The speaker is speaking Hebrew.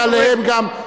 ושיש עליהם גם,